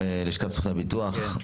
לשכת סוכני ביטוח.